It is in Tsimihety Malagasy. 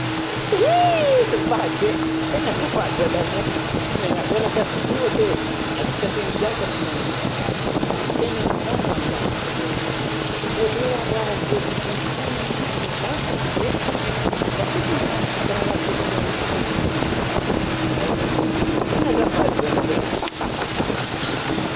Oy! Vaky e! Tegna azafady zalahy mô tsy kiniagna salakady izy io edy e, antsika teo nigiàka tsy nanamia razagna ke nohon'izany mangatsika zare tsy mbô le ra- raha voavidin'ny haignin'ologno vaky tsy zay haigny? Raha antsika andeha amintsika karaha raha antsika andeha amintsika zaigny tia mô namy amintsika, tegna azafady zalahy e.